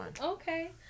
Okay